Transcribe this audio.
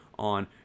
on